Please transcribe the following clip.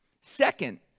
Second